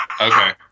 Okay